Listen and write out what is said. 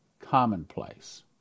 commonplace